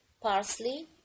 parsley